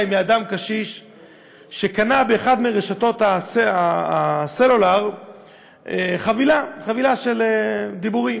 מאדם קשיש שקנה באחת מרשתות הסלולר חבילה של דיבורית,